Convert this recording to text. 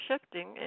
shifting